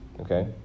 Okay